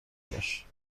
باش